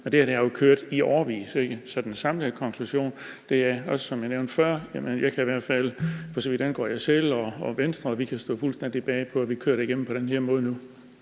det har jo kørt i årevis, ikke? Så den samlede konklusion er, som jeg også nævnte før, at jeg i hvert fald, for så vidt angår mig selv og Venstre, kan stå fuldstændig inde for, at vi kører det igennem på den her måde nu.